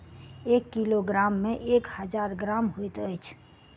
एक किलोग्राम मे एक हजार ग्राम होइत अछि